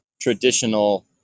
traditional